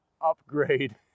upgrade